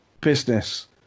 business